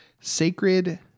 Sacred